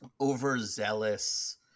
overzealous